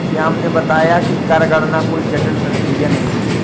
श्याम ने बताया कि कर गणना कोई जटिल प्रक्रिया नहीं है